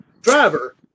Driver